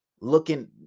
looking